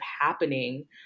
happening